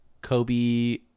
kobe